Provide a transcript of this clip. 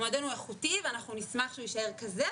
המועדון הוא איכותי ואנחנו נשמח שהוא יישאר כזה,